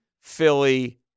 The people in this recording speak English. Philly